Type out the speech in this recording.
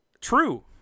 True